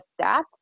stats